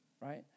Right